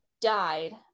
died